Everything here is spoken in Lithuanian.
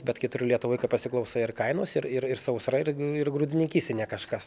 bet kitur lietuvoj kai pasiklausai ir kainos ir ir ir sausra ir ir grūdininkystei ne kažkas